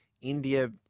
India